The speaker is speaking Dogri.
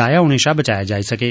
जाया होने शा बचाया जाई सकैं